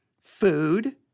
food